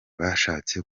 bashatse